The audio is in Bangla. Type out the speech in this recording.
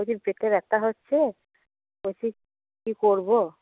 বলছি পেটে ব্যাথা হচ্ছে বলছি কি করবো